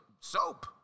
Soap